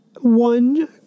one